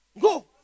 Go